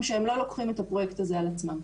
שהם לא לוקחים את הפרויקט הזה על עצמם.